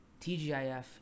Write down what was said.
TGIF